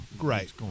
Right